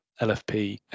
LFP